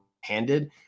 handed